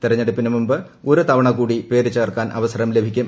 തെരഞ്ഞെടുപ്പിന് മുൻപ് ഒരു തവണ കൂടി പേര് ചേർക്കാൻ അവസരം ലഭിക്കും